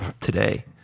Today